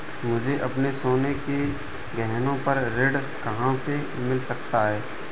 मुझे अपने सोने के गहनों पर ऋण कहाँ से मिल सकता है?